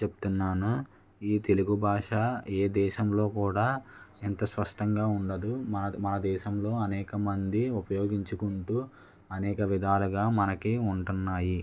చెప్తున్నాను ఏ తెలుగు భాష ఏ దేశంలో కూడా ఇంత స్పష్టంగా ఉండదు మన దేశంలో అనేకమంది ఉపయోగించుకుంటూ అనేక విధాలుగా మనకి ఉంటున్నాయి